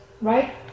right